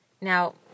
now